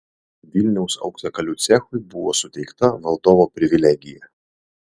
vilniaus auksakalių cechui buvo suteikta valdovo privilegija